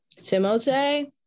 Timote